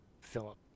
Philip